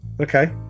okay